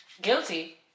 guilty